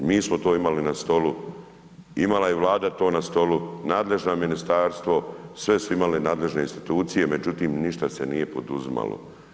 Mi smo to imali na stolu, imala je i Vlada to na stolu, nadležno ministarstvo, sve su imale nadležne institucije, međutim, ništa se nije poduzimalo.